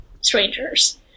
strangers